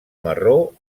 marró